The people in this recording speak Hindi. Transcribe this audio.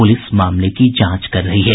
पुलिस मामले की जांच कर रही है